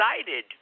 excited